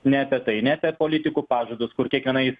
ne apie tai ne apie politikų pažadus kur kiekvienai